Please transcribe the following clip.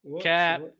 Cap